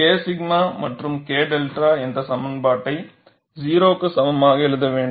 K 𝛔 மற்றும் K 𝛅 என்ற சமன்பாட்டை 0 க்கு சமமாக எழுத வேண்டும்